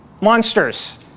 monsters